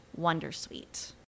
Wondersuite